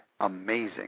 amazing